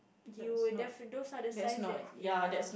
you will defi~ those are the size that ya